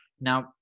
now